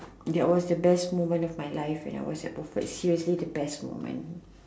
that was the best moment of my life when I was at Wilford seriously the best moment